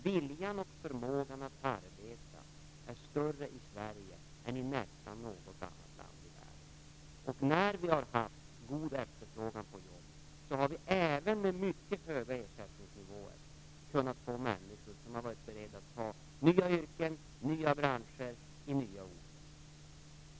Viljan och förmågan att arbeta är större i Sverige än i nästan något annat land i världen. När vi har haft god efterfrågan på jobb har det, även med mycket höga ersättningsnivåer, funnits människor som har varit beredda att pröva nya yrken och nya branscher i nya orter.